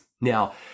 Now